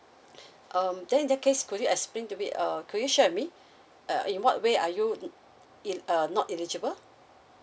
um then in that case could you explain to me uh could you share with me uh in what way are you in in uh not eligible